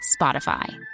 Spotify